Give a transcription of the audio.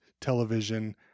television